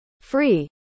free